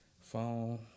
phone